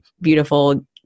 beautiful